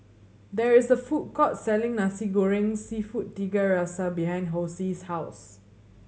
there is a food court selling Nasi Goreng Seafood Tiga Rasa behind Hosie's house